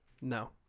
No